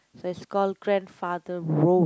so it's called grandfather road